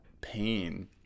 pain